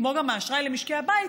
כמו גם האשראי למשקי הבית,